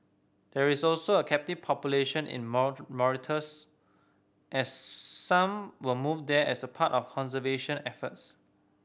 there is also a captive population in Mauritius as some were moved there as part of conservation efforts